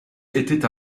était